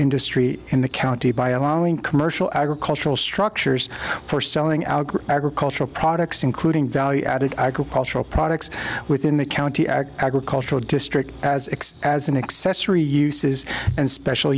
industry in the county by allowing commercial agricultural structures for selling our agricultural products including value added agricultural products within the county agricultural district as as an accessory uses and special